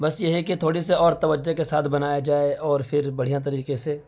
بس یہ ہے کہ تھوڑی سی اور توجہ کے ساتھ بنایا جائے اور پھر بڑھیاں طریقے سے